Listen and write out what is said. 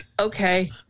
okay